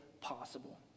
possible